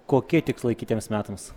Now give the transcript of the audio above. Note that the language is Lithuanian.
kokie tikslai kitiems metams